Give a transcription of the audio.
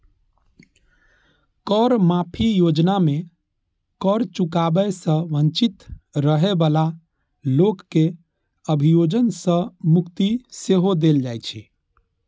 कर माफी योजना मे कर चुकाबै सं वंचित रहै बला लोक कें अभियोजन सं मुक्ति सेहो देल जाइ छै